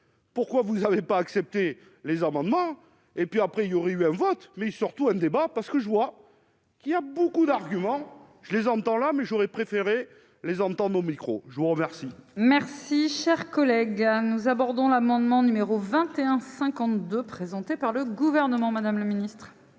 pourquoi vous ne l'avez pas accepter les amendements et puis après, il y aurait eu un vote, mais surtout un débat parce que je vois qu'il y a beaucoup d'arguments, je les entends là mais j'aurais préféré les entendre au micro : je vous remercie. Merci, chers collègues, nous abordons l'amendement numéro 21 52 présenté par le gouvernement, Madame le Ministre.